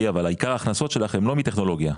אבל עיקר ההכנסות שלכם לא מטכנולוגיה.